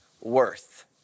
worth